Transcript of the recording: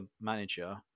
manager